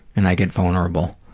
and i get vulnerable.